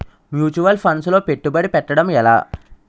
Mutual funds లో పెట్టుబడి పెట్టడం ఎలా?